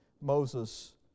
Moses